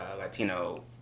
Latino